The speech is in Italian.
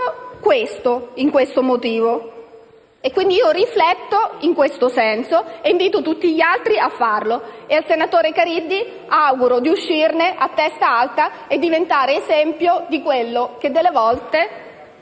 questo aspetto; quindi io rifletto in questo senso e invito tutti gli altri a farlo. Al senatore Caridi auguro di uscire a testa alta e di diventare esempio del fatto che a volte